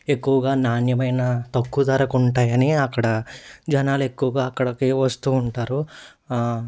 ఎక్కువగా నాణ్యమైన తక్కువ ధరకు ఉంటాయని అక్కడ జనాలు ఎక్కువగా అక్కడకి వస్తూ ఉంటారు